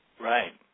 Right